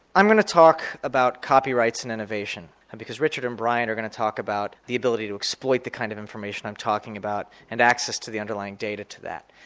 i'm going to talk about copyrights and innovation and because richard and brian are going to talk about the ability to exploit the kind of information i'm talking about and access to the underlying data to that.